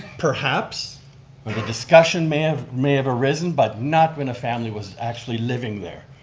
perhaps but a discussion may have may have arisen, but not when a family was actually living there.